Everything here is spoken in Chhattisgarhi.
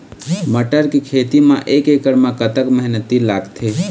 मटर के खेती म एक एकड़ म कतक मेहनती लागथे?